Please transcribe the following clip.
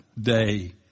day